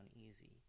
easy